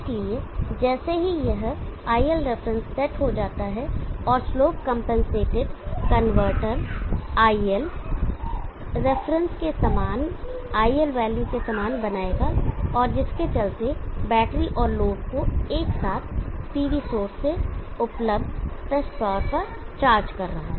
इसलिए जैसे ही यह iL रेफरेंस सेट हो जाता है और slope compensated current converter iL reference के सामान iL वैल्यू के समान बनाएगा और जिसके चलते बैटरी और लोड को एक साथ PV सोर्स से उपलब्ध पिक पावर पर चार्ज कर रहा है